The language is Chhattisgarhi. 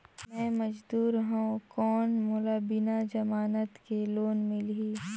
मे मजदूर हवं कौन मोला बिना जमानत के लोन मिलही?